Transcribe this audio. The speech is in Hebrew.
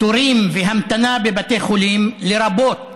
תורים והמתנה בבתי חולים, לרבות